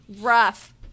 Rough